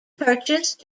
purchase